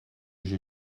j’ai